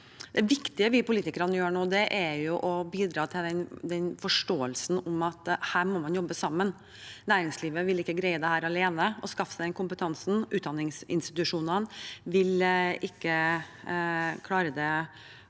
Det viktige vi politikere gjør nå, er å bidra til forståelsen om at man her må jobbe sammen. Næringslivet vil ikke greie å skaffe seg den kompetansen alene, og utdanningsinstitusjonene vil ikke klare det